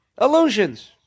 Illusions